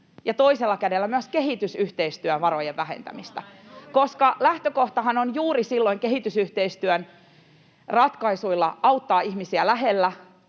ja toisella kädellä myös kehitysyhteistyövarojen vähentämistä, [Leena Meren välihuuto] koska lähtökohtanahan on juuri kehitysyhteistyön ratkaisuilla auttaa ihmisiä lähellä